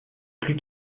plus